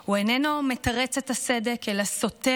הוא איננו מתרץ את הסדק, אלא סותר